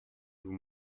vous